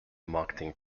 marketing